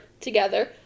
together